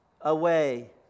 away